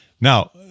now